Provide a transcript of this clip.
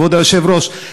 כבוד היושב-ראש,